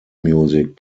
music